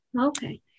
Okay